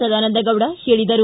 ಸದಾನಂದಗೌಡ ಹೇಳಿದರು